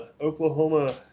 Oklahoma